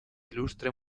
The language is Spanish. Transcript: ilustre